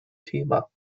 thema